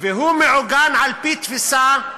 והוא מעוגן על-פי תפיסה,